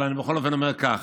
אבל אני בכל אופן אומר כך: